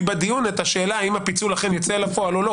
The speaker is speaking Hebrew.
בדיון את השאלה האם הפיצול אכן יצא לפועל או לא,